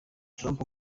trump